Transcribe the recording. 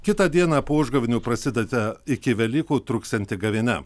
kitą dieną po užgavėnių prasideda iki velykų truksianti gavėnia